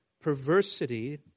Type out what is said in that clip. perversity